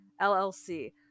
LLC